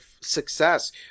success